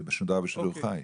זה משודר בשידור חי.